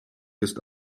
ist